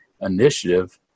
initiative